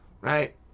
right